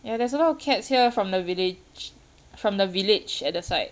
ya there's a lot of cats here from the village from the village at the site